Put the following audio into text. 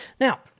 Now